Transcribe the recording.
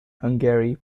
hungary